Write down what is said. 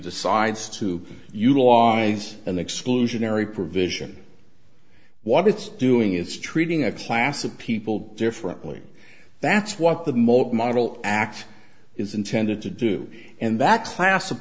decides to you long for an exclusionary provision what it's doing is treating a class of people differently that's what the moat model act is intended to do and that class of